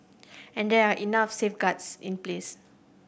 and there are enough safeguards in place